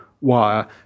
wire